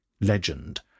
Legend